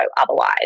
otherwise